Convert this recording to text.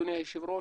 אדוני היושב ראש,